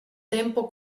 tempo